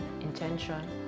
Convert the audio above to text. intention